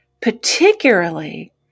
particularly